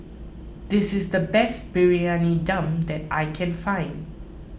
this is the best Briyani Dum that I can find